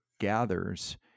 gathers